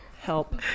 help